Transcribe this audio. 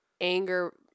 anger